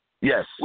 Yes